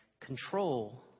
control